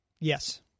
Yes